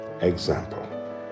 example